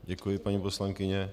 Děkuji, paní poslankyně.